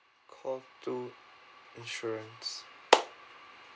call two insurance